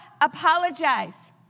apologize